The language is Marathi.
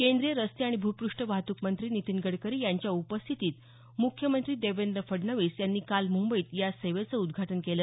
केंद्रीय रस्ते आणि भूपृष्ठ वाहतूक मंत्री नितीन गडकरी यांच्या उपस्थितीत मुख्यमंत्री देवेंद्र फडणवीस यांनी काल मुंबईत या सेवेचं उदघाटन केलं